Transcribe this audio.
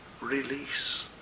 release